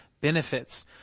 benefits